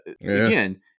again